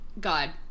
god